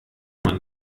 man